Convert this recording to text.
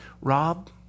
Rob